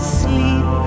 sleep